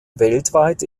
weltweit